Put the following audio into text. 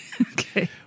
Okay